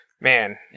Man